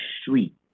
street